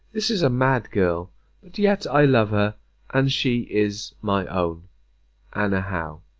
this is a mad girl but yet i love her and she is my own' anna howe.